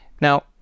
Now